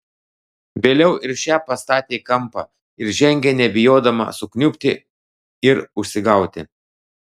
vėliau ir šią pastatė į kampą ir žengė nebijodama sukniubti ir užsigauti